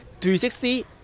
360